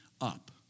up